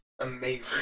Amazing